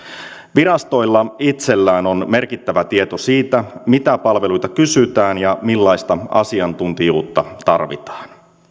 virastoilla itsellään on merkittävä tieto siitä mitä palveluita kysytään ja millaista asiantuntijuutta tarvitaan